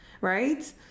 right